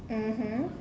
mmhmm